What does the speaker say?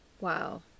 Wow